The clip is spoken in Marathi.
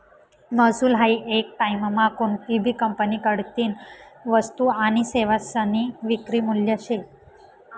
महसूल हायी येक टाईममा कोनतीभी कंपनीकडतीन वस्तू आनी सेवासनी विक्री मूल्य शे